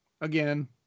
again